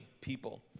people